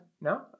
No